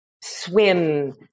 swim